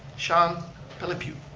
shawn pelipew,